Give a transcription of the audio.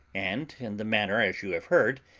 and in the manner as you have heard,